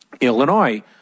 Illinois